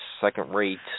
second-rate